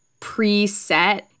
preset